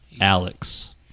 Alex